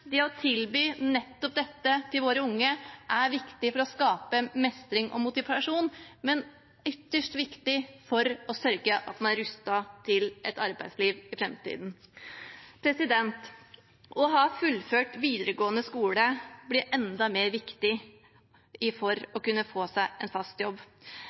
å tilby nettopp dette til våre unge er viktig for å skape mestring og motivasjon, men ytterst viktig for å sørge for at man er rustet til et arbeidsliv i framtiden. Å ha fullført videregående skole blir enda mer viktig for å kunne få seg en fast jobb.